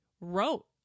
wrote